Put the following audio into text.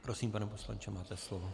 Prosím, pane poslanče, máte slovo.